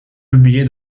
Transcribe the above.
publiés